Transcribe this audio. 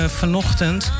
vanochtend